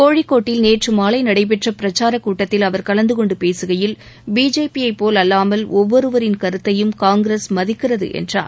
கோழிக்கோட்டில் நேற்றுமாலை நடைபெற்ற பிரச்சாரக்கூட்டத்தில் அவர் கலந்தகொண்டு பேசுகையில் பிஜேபியைபோல் அல்லாமல் ஒவ்வொருவரின் கருத்தையும் காங்கிரஸ் மதிக்கிறது என்றார்